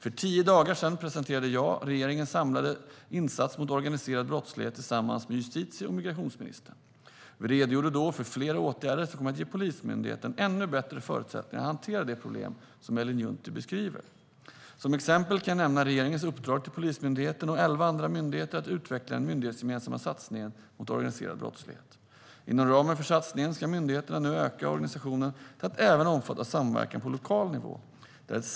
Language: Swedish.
För tio dagar sedan presenterade jag tillsammans med justitie och migrationsministern regeringens samlade insats mot organiserad brottslighet. Vi redogjorde då för flera åtgärder som kommer att ge Polismyndigheten ännu bättre förutsättningar att hantera de problem som Ellen Juntti beskriver. Som exempel kan jag nämna regeringens uppdrag till Polismyndigheten och elva andra myndigheter att utveckla den myndighetsgemensamma satsningen mot organiserad brottslighet. Inom ramen för satsningen ska myndigheterna nu utöka organisationen till att även omfatta samverkan på lokal nivå.